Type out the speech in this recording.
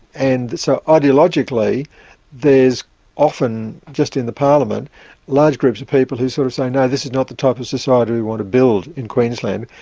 and so ideologically there is often just in the parliament large groups of people who sort of say, no, this is not the type of society we want to build in queensland,